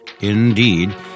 Indeed